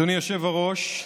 אדוני היושב-ראש,